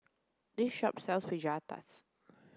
this shop sells Fajitas